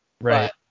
Right